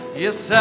yes